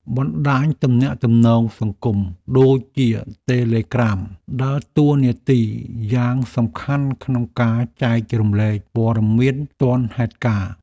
បណ្តាញទំនាក់ទំនងសង្គមដូចជាតេឡេក្រាមដើរតួនាទីយ៉ាងសំខាន់ក្នុងការចែករំលែកព័ត៌មានទាន់ហេតុការណ៍។